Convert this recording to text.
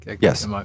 Yes